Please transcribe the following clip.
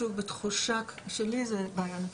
בתחושה שלי זו בעיה נפוצה.